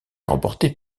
remportée